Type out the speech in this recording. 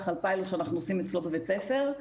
על פיילוט שאנחנו עושים אצלו בבית ספר.